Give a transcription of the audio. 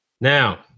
Now